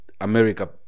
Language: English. America